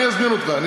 אני אזמין אותך.